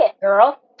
girl